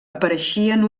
apareixien